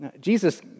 Jesus